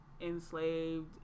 enslaved